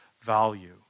value